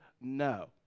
no